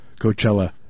Coachella